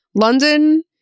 London